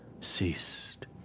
ceased